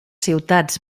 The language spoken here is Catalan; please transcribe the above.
ciutats